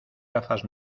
gafas